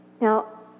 Now